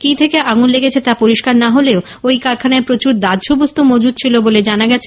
কি থেকে আগুন লেগেছে তা পরিস্কার না হলেও ওই কারখানায় প্রচুর দাহ্য বস্তু মজুত ছিল বলে জানা গেছে